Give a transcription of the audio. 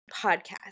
podcast